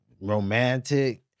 romantic